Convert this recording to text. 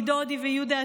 עידודי ויהודה,